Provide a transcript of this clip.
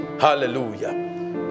Hallelujah